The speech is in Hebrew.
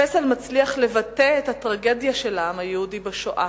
הפסל מצליח לבטא את הטרגדיה של העם היהודי בשואה